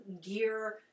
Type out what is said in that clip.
gear